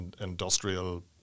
industrial